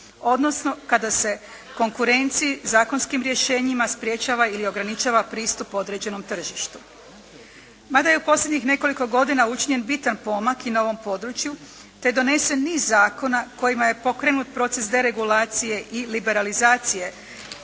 odnosno kada se konkurenciji zakonskim rješenjima sprječava ili ograničava pristup određenom tržištu. Mada je u posljednjih nekoliko godina učinjen bitan pomak i na ovom području te donesen niz zakona kojima je pokrenut proces deregulacije i liberalizacije